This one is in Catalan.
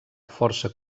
força